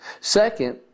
Second